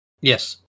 Yes